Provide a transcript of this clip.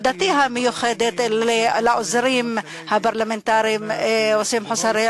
תודתי המיוחדת לעוזרים הפרלמנטריים וסים חוסרי,